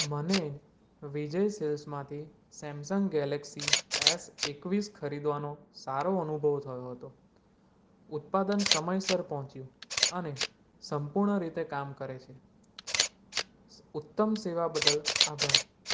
મને વિજય સેલ્સમાંથી Samsung Galaxy S એકવીસ ખરીદવાનો સારો અનુભવ થયો હતો ઉત્પાદન સમયસર પહોંચ્યું અને સંપૂર્ણ રીતે કામ કરે છે ઉત્તમ સેવા બદલ આભાર